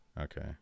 Okay